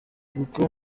kuko